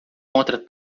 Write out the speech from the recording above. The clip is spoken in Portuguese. contra